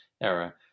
era